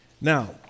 Now